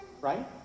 right